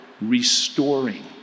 restoring